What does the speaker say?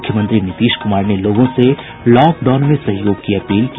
मुख्यमंत्री नीतीश क्मार ने लोगों से लॉक डाउन में सहयोग की अपील की